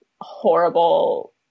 horrible